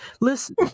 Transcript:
Listen